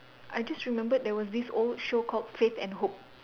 I just remembered there was this old show called faith and hope